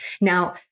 Now